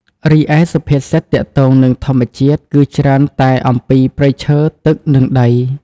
រីឯសុភាសិតទាក់ទងនឹងធម្មជាតិ គឺច្រើនតែអំពី ព្រៃឈើ ទឹក និង ដី។